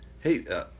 Hey